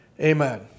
amen